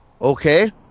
Okay